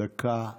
דקה לרשותך.